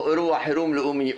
או אירוע חירום לאומי,